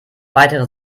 weitere